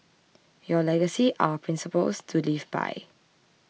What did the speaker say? your legacy our principles to live by